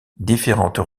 différentes